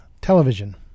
television